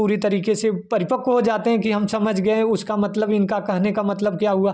पूरी तरीके से परिपक्व हो जाते हैं कि हम समझ गए उसका मतलब इनका कहने का मतलब क्या हुआ